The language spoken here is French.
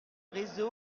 réseau